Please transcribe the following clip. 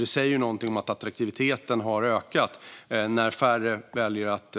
Det säger någonting om att attraktiviteten har ökat när färre väljer att